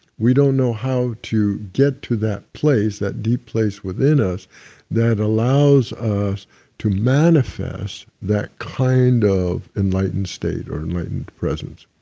we don't know how to get to that place, that deep place within us that allows us to manifest that kind of enlightened state or enlightened presence.